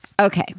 Okay